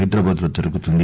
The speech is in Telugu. హైదరాబాద్ లో జరుగుతుంది